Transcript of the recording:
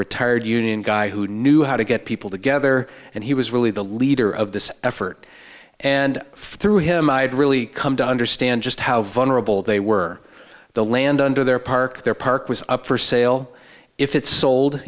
retired union guy who knew how to get people together and he was really the leader of this effort and through him i had really come to understand just how vulnerable they were the land under their park their park was up for sale if it sold